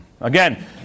Again